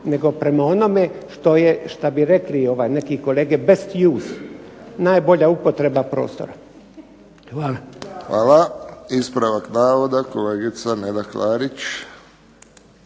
nego prema onome što je, što bi rekli neki kolege best use, najbolja upotreba prostora. Hvala. **Friščić, Josip (HSS)** Hvala. Ispravak navoda, kolegica Neda Klarić.